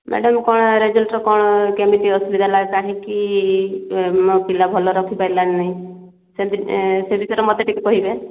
madam କ'ଣ ରେଜଲ୍ଟର କ'ଣ କେମିତି ଅସୁବିଧା ହେଲା କାହିଁକି ଏଁ ମୋ ପିଲା ଭଲ ରଖି ପାରିଲା ନାହିଁ ସେ ବିଷୟରେ ମୋତେ ଟିକିଏ କହିବେ